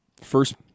First